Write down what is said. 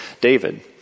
David